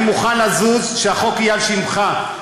אני מוכן לזוז ושהחוק יהיה על שמך.